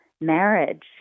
marriage